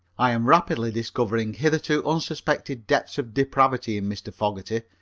i am rapidly discovering hitherto unsuspected depths of depravity in mr. fogerty,